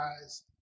guys